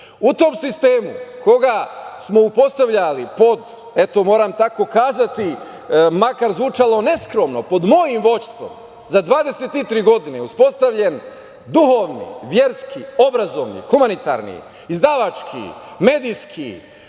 U tom sistemu, koga smo uspostavljali pod, eto, moram tako kazati, makar zvučalo neskromno, pod mojim vođstvom, za 23 godine je uspostavljen duhovni, verski, obrazovni, humanitarni, izdavački, medijski,